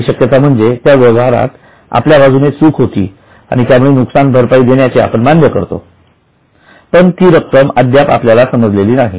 पहिली शक्यता म्हणजे त्या व्यवहारात आपल्या बाजूने चूक होती आणि त्यामुळे नुकसान भरपाई देण्याचे आपण मान्य करतोपण ती रक्कम अद्याप आपल्याला समजलेली नाही